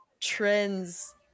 trends